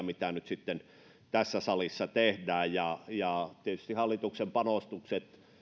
mitä nyt tässä salissa tehdään ja ja tietysti hallituksen panostukset